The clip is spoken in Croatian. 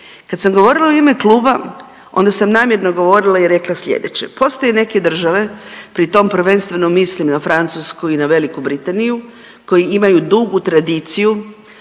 Kad sam govorila u ime kluba onda sam namjerno govorila i rekla slijedeće. Postoje neke države pri tom prvenstveno mislim na Francusku i na Veliku Britaniju koji imaju dugu tradiciju